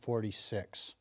forty six